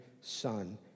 Son